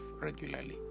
regularly